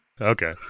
Okay